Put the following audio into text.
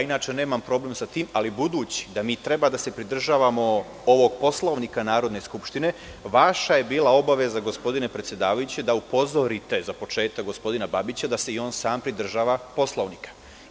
Inače nemam problem sa tim, ali budući da mi treba da se pridržavamo ovog Poslovnika Narodne skupštine, vaša je bila obaveza, gospodine predsedavajući, da upozorite za početak gospodina Babića da se i on sam pridržava Poslovnika.